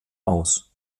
aus